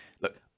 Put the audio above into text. Look